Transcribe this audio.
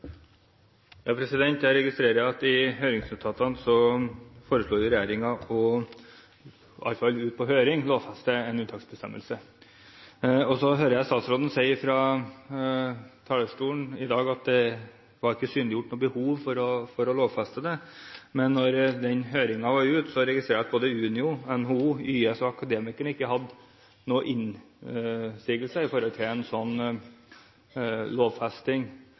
Jeg registrerer at i høringsnotatene – i alle fall på høringen – foreslår regjeringen å lovfeste en unntaksbestemmelse. Så hører jeg statsråden fra talerstolen i dag si at det ikke var synliggjort noe behov for å lovfeste det. Da høringen var over, registrerte jeg at både Unio, NHO, YS og Akademikerne ikke hadde noen innsigelser mot en slik lovfesting.